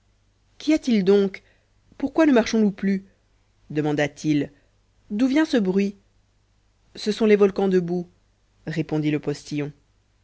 qu'y a-t-il donc pourquoi ne marchons-nous plus demanda-t-il d'où vient ce bruit ce sont les volcans de boue répondit le postillon